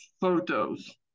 photos